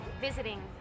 visiting